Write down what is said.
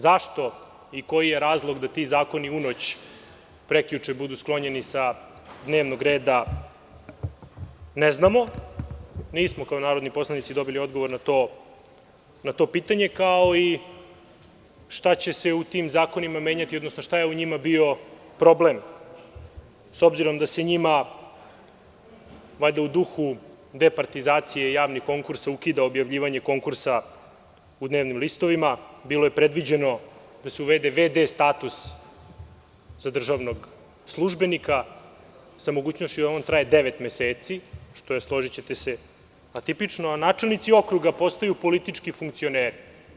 Zašto i koji je razlog da ti zakoni u noć prekjuče budu sklonjeni sa dnevnog reda, ne znamo, i nismo kao narodni poslanici dobili odgovor na to pitanje, kao i šta će se u tim zakonima menjati, odnosno šta je u njima bio problem, s obzirom da se njima u duhu departizacije javnih konkursa ukida objavljivanje konkursa u dnevnim listovima i bilo je predviđeno da se uvede vd status za državnog službenika sa mogućnošću da on traje devet meseci, što je, složićete se, atipično, a načelnici okruga postaju politički funkcioneri.